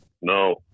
No